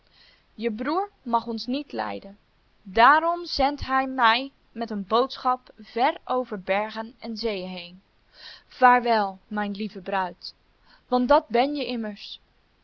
je broer mag ons niet lijden daarom zendt hij mij met een boodschap ver over bergen en zeeën heen vaarwel mijn lieve bruid want dat ben je immers